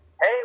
Hey